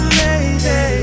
lady